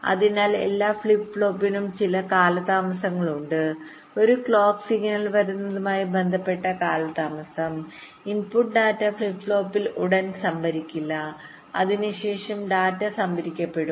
അതിനാൽ എല്ലാ ഫ്ലിപ്പ് ഫ്ലോപ്പിനും ചില കാലതാമസങ്ങളുണ്ട് ഒരു ക്ലോക്ക് സിഗ്നൽ വരുന്നതുമായി ബന്ധപ്പെട്ട കാലതാമസം ഇൻപുട്ട് ഡാറ്റ ഫ്ലിപ്പ് ഫ്ലോപ്പിൽ ഉടൻ സംഭരിക്കില്ല അതിനുശേഷം ഡാറ്റ സംഭരിക്കപ്പെടും